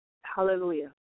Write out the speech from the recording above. Hallelujah